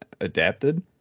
adapted